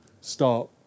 start